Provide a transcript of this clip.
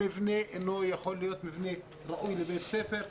המבנה אינו יכול לשמש מבנה ראוי לבית ספר.